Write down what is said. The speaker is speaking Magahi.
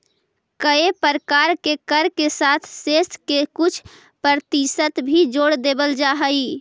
कए प्रकार के कर के साथ सेस के कुछ परतिसत भी जोड़ देवल जा हई